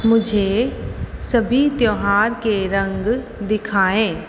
मुझे सभी त्योहार के रंग दिखाएँ